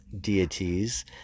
deities